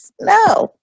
No